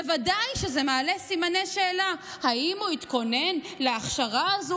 בוודאי שזה מעלה סימני שאלה: האם הוא התכונן להכשרה הזו